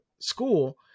school